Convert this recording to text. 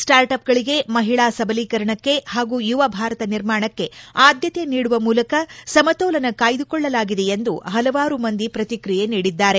start ಆಪ್ಗಳಿಗೆ ಮಹಿಳಾ ಸಬಲೀಕರಣಕ್ಕೆ ಹಾಗೂ ಯುವ ಭಾರತ ನಿರ್ಮಾಣಕ್ಕೆ ಆದ್ದತೆ ನೀಡುವ ಮೂಲಕ ಸಮತೋಲನ ಕಾಯ್ದುಕೊಳ್ಳಲಾಗಿದೆ ಎಂದು ಪಲವಾರು ಮಂದಿ ಪ್ರತಿಕ್ರಿಯೆ ನೀಡಿದ್ದಾರೆ